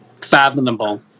fathomable